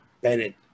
Bennett